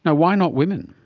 ah why not women?